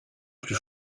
plus